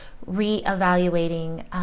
re-evaluating